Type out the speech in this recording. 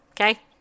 Okay